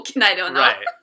Right